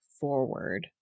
forward